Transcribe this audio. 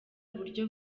uburyo